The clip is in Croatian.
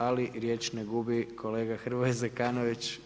Ali riječ ne gubi kolega Hrvoje Zekanović.